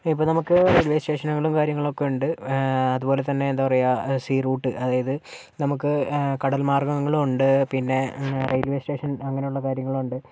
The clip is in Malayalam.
ഇപ്പോൾ നമുക്ക് പോലീസ് സ്റ്റേഷനും കാര്യങ്ങളും ഒക്കെ ഉണ്ട് അതുപോലെ തന്നെ എന്താ പറയുക സീ റൂട്ട് അതായത് നമുക്ക് കടൽ മാർഗ്ഗങ്ങളുണ്ട് പിന്നെ റെയിൽവേ സ്റ്റേഷൻ അങ്ങനെ ഉള്ള കാര്യങ്ങൾ ഉണ്ട്